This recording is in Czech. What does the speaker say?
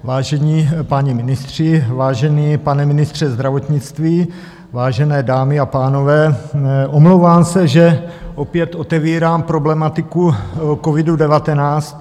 Vážení páni ministři, vážený pane ministře zdravotnictví, vážené dámy a pánové, omlouvám se, že opět otevírám problematiku covidu19.